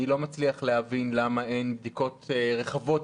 אני לא מצליח להבין למה אין בדיקות רחבות